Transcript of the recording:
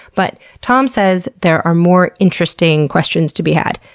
but tom says there are more interesting questions to be had.